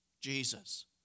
Jesus